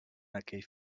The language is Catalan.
aquell